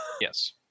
Yes